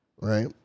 right